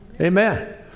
Amen